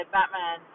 Batman